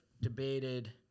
Debated